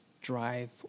drive